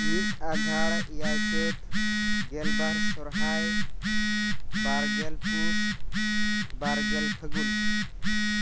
ᱢᱤᱫ ᱟᱜᱷᱟᱲ ᱮᱭᱟᱭ ᱪᱟᱹᱛ ᱜᱮᱞᱵᱟᱨ ᱥᱚᱨᱦᱟᱭ ᱵᱟᱨᱜᱮᱞ ᱯᱩᱥ ᱵᱟᱨᱜᱮᱞ ᱯᱷᱟᱹᱜᱩᱱ